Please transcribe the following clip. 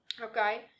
Okay